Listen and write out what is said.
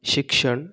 शिक्षण